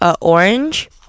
orange